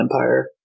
Empire